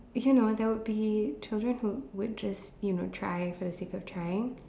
you know there would be children who would just you know try for the sake of trying